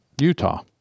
Utah